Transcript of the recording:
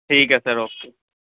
ٹھیک ہے sir okay